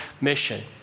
mission